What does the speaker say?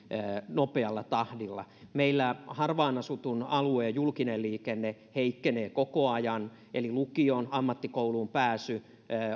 nopealla tahdilla meillä harvaan asutun alueen julkinen liikenne heikkenee koko ajan eli lukioon ja ammattikouluun pääsy